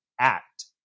act